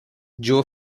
joe